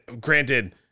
granted